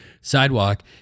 sidewalk